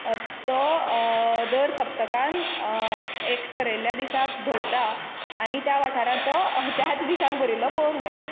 तो दर सप्तकान एक ठरयल्लें दिसाक भरता आनी त्या वाठारान तो त्याच दिसाक भरिल्लो पोळोंक मेयटा